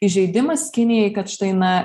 įžeidimas kinijai kad štai na